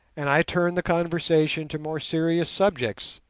and i turned the conversation to more serious subjects.